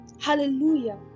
Hallelujah